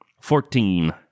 Fourteen